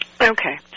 Okay